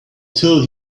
till